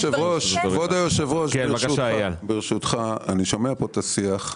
כבוד היושב-ראש, ברשותך, אני שומע פה את השיח.